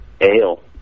ale